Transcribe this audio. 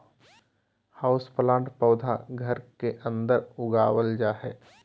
houseplant पौधा घर के अंदर उगावल जा हय